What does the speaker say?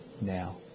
now